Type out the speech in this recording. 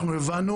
אנחנו הבנו